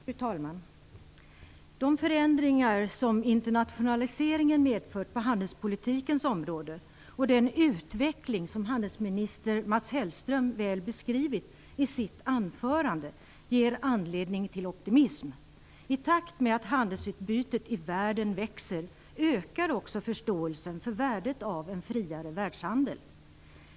Fru talman! De förändringar som internationaliseringen medfört på handelspolitikens område och den utveckling som utrikeshandelsminister Mats Hellström väl beskrivit i sitt anförande ger anledning till optimism. I takt med att handelsutbytet i världen växer ökar också förståelsen för värdet av en friare världshandel.